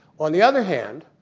on the other hand,